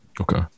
Okay